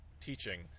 teaching